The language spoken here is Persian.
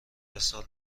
ارسال